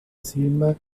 cima